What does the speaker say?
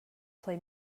play